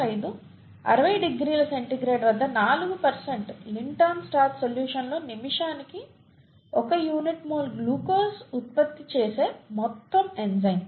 5 60 డిగ్రీల C వద్ద 4 Lintner starch solution లో నిమిషానికి 1 µmol గ్లూకోజ్ ఉత్పత్తి చేసే మొత్తం ఎంజైమ్